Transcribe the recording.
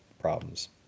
problems